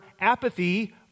apathy